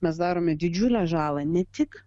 mes darome didžiulę žalą ne tik